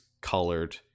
colored